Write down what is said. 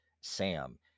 Sam